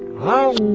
how